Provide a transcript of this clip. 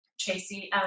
Tracy